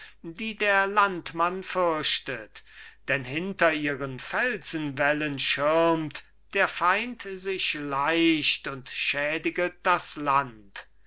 die der landmann fürchtet denn hinter ihren felsenwällen schirmt der feind sich leicht und schädiget das land